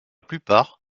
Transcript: plupart